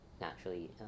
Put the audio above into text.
naturally